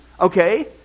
okay